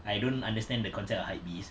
I don't understand the concept of hype beast